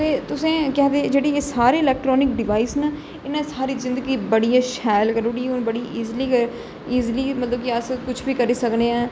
ते तुसें केह् आक्खदे जेहड़ी ऐ सारी इल्कट्रानिक डिवाइस ना इंहे सारी जिंगदी बड़ी गै शेल करी ओड़ी हून थोह्ड़ी ईजली ईजली मतलब कि अस कुछ बी करी सकने आं